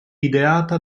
ideata